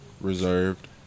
reserved